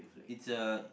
it's a